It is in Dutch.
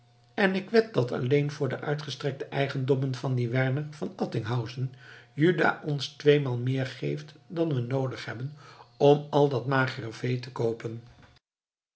en ik wed dat alleen voor de uitgestrekte eigendommen van dien werner van attinghausen juda ons tweemaal meer geeft dan we noodig hebben om al dat magere vee te koopen